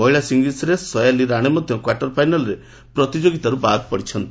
ମହିଳା ସିଙ୍ଗଲ୍ୱରେ ସୟାଲି ରାଣେ ମଧ୍ୟ କ୍ୱାର୍ଟର ଫାଇନାଲରେ ପ୍ରତିଯୋଗିତାରୁ ବାଦ୍ ପଡିଛନ୍ତି